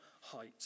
height